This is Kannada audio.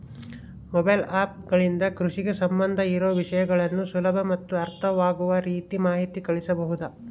ಮೊಬೈಲ್ ಆ್ಯಪ್ ಗಳಿಂದ ಕೃಷಿಗೆ ಸಂಬಂಧ ಇರೊ ವಿಷಯಗಳನ್ನು ಸುಲಭ ಮತ್ತು ಅರ್ಥವಾಗುವ ರೇತಿ ಮಾಹಿತಿ ಕಳಿಸಬಹುದಾ?